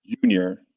junior